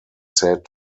said